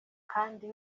kandi